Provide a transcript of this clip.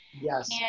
Yes